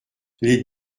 les